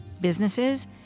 businesses